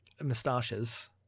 moustaches